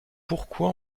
pourquoi